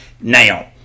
Now